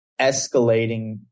escalating